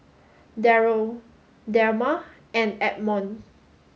Darrel Delmar and Edmond